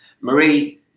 Marie